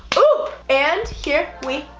ooh! and here we